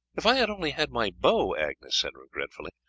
if i had only had my bow, agnes said regretfully,